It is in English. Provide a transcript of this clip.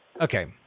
Okay